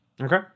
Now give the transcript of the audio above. okay